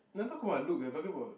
don't talk about look we're talking about